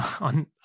on